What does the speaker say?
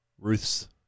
Ruth's